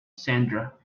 sandra